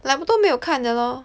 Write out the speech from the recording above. like 我都没有看的咯